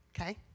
Okay